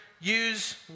use